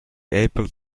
able